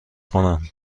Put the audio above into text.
کنم